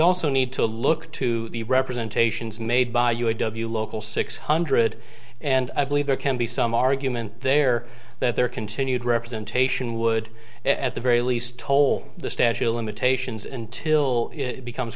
also need to look to the representation is made by u a w local six hundred and i believe there can be some argument there that their continued representation would at the very least toll the statute of limitations and to will it becomes